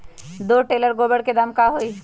दो टेलर गोबर के दाम का होई?